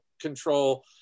control